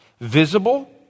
visible